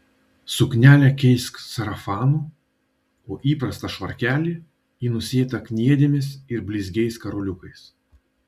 suknelę keisk sarafanu o įprastą švarkelį į nusėtą kniedėmis ir blizgiais karoliukais